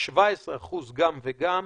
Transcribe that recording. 17% גם וגם,